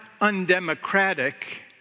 undemocratic